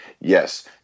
yes